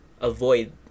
avoid